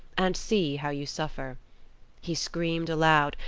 and see how you suffer he screamed aloud,